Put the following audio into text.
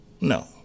No